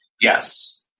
yes